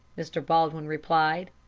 mr. baldwin replied.